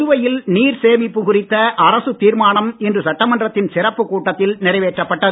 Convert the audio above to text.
புதுவையில் நீர் சேமிப்பு குறித்த அரசுத் தீர்மானம் இன்று சட்டமன்றத்தின் சிறப்புக் கூட்டத்தில் நிறைவேற்றப் பட்டது